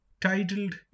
titled